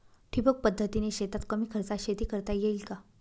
ठिबक पद्धतीने शेतात कमी खर्चात शेती करता येईल का?